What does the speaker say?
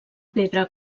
pedra